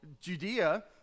Judea